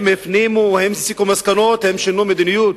הם הפנימו, הם הסיקו מסקנות, הם שינו מדיניות?